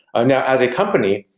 um yeah as a company,